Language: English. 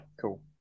cool